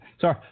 Sorry